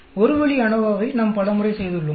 எனவே ஒரு வழி அநோவாவை நாம் பல முறை செய்துள்ளோம்